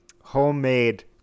homemade